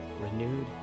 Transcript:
renewed